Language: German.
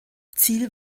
ziel